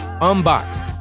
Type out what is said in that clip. Unboxed